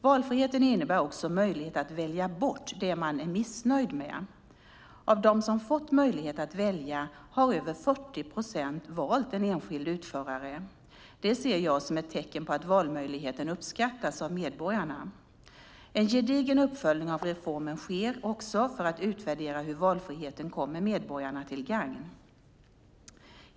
Valfriheten innebär också möjlighet att välja bort det man är missnöjd med. Av dem som fått möjlighet att välja har över 40 procent valt en enskild utförare. Det ser jag som ett tecken på att valmöjligheten uppskattas av medborgarna. En gedigen uppföljning av reformen sker också för att utvärdera hur valfriheten kommer medborgarna till gagn.